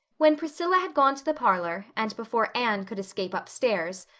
when priscilla had gone to the parlor, and before anne could escape upstairs,